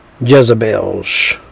Jezebels